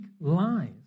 lies